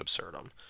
absurdum